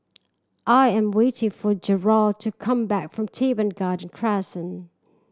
I am waiting for Jethro to come back from Teban Garden Crescent